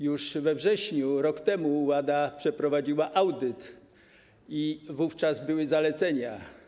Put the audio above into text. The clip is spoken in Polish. Już we wrześniu, rok temu, WADA przeprowadziła audyt i wówczas były zalecenia.